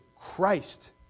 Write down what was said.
Christ